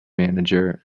manager